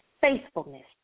faithfulness